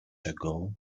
ago